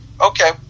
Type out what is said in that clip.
Okay